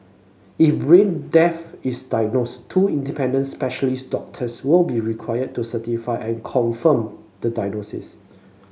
if brain death is diagnosed two independent specialist doctors will be required to certify and confirm the diagnosis